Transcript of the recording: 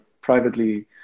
privately